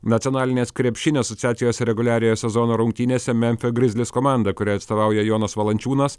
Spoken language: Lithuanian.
nacionalinės krepšinio asociacijos reguliariojo sezono rungtynėse memfio grizzlies komanda kuriai atstovauja jonas valančiūnas